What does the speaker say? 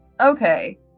Okay